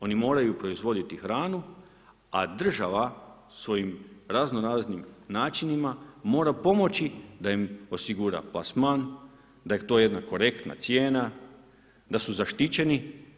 Oni moraju proizvoditi hranu, a država svojim razno raznim načinima mora pomoći da im osigura plasman, da je to jedna korektna cijena, da su zaštićeni.